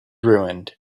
ruined